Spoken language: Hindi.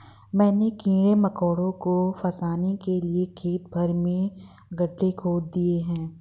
मैंने कीड़े मकोड़ों को फसाने के लिए खेत भर में गड्ढे खोद दिए हैं